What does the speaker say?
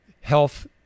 health